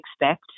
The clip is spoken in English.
expect